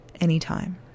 anytime